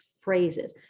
phrases